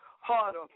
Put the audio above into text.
Harder